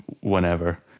whenever